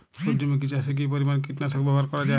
সূর্যমুখি চাষে কি পরিমান কীটনাশক ব্যবহার করা যায়?